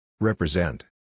Represent